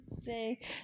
Say